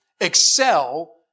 excel